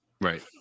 right